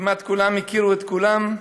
כמעט כולם הכירו את כולם.